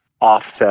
offset